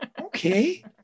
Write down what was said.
Okay